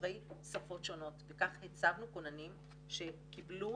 דוברי שפות שונות וכך הצבנו כוננים שקיבלו